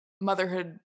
motherhood